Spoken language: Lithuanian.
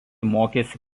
mokėsi